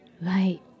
Right